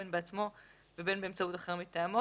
בין בעצמו ובין באמצעות אחר מטעמו.